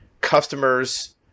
customers